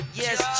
yes